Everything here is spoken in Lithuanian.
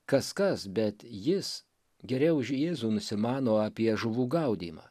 kas kas bet jis geriau už jėzų nusimano apie žuvų gaudymą